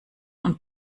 und